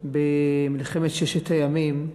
במלחמת ששת הימים,